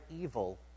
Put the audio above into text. evil